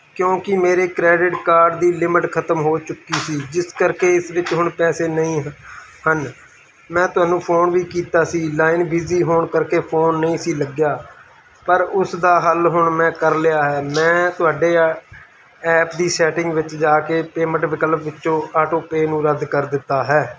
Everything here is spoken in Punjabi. ਕਿਉਂਕਿ ਮੇਰੇ ਕ੍ਰੈਡਿਟ ਕਾਰਡ ਦੀ ਲਿਮਿਟ ਖਤਮ ਹੋ ਚੁੱਕੀ ਸੀ ਜਿਸ ਕਰਕੇ ਇਸ ਵਿੱਚ ਹੁਣ ਪੈਸੇ ਨਹੀਂ ਹਨ ਮੈਂ ਤੁਹਾਨੂੰ ਫੋਨ ਵੀ ਕੀਤਾ ਸੀ ਲਾਈਨ ਬਿਜ਼ੀ ਹੋਣ ਕਰਕੇ ਫੋਨ ਨਹੀਂ ਸੀ ਲੱਗਿਆ ਪਰ ਉਸ ਦਾ ਹੱਲ ਹੁਣ ਮੈਂ ਕਰ ਲਿਆ ਹੈ ਮੈਂ ਤੁਹਾਡੇ ਆ ਐਪ ਦੀ ਸੈਟਿੰਗ ਵਿੱਚ ਜਾ ਕੇ ਪੇਮੈਂਟ ਵਿਕਲਪ ਵਿੱਚੋਂ ਆਟੋ ਪੇ ਨੂੰ ਰੱਦ ਕਰ ਦਿੱਤਾ ਹੈ